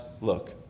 look